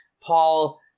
Paul